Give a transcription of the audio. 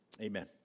Amen